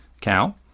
cow